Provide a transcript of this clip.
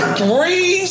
three